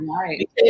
right